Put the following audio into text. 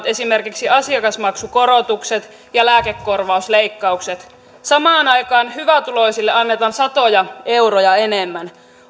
esimerkiksi asiakasmaksukorotukset ja lääkekorvausleikkaukset samaan aikaan hyvätuloisille annetaan satoja euroja enemmän